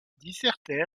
dissertait